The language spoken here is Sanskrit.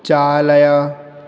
चालय